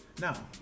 Now